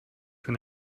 für